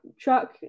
truck